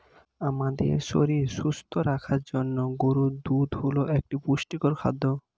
আমাদের শরীর সুস্থ রাখার জন্য গরুর দুধ হল একটি পুষ্টিকর খাদ্য